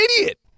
idiot